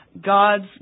God's